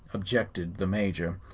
objected the major.